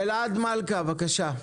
אלעד מלכא, בבקשה.